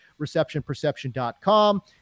receptionperception.com